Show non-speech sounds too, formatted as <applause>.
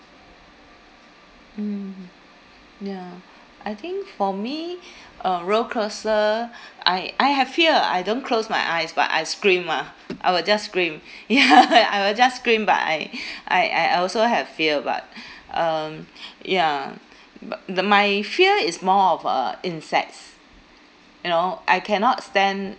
mm mm ya I think for me uh roller coaster I I have fear I don't close my eyes but I scream ah I will just scream ya <laughs> I will just scream but I I I also have fear but um ya bu~ the my fear is more of uh insects you know I cannot stand